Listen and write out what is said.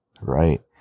right